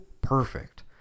perfect